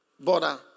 border